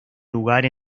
lugar